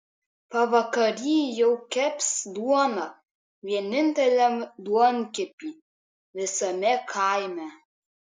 pavakary jau keps duoną vieninteliam duonkepy visame kaime